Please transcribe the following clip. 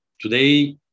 today